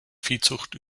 viehzucht